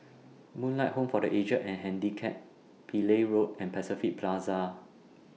Moonlight Home For The Aged and Handicapped Pillai Road and Pacific Plaza